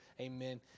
Amen